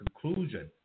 conclusion